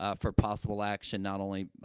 ah for possible action, not only,